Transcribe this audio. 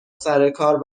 سرکار